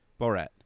borat